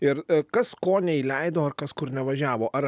ir kas ko neįleido ar kas kur nevažiavo ar